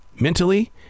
mentally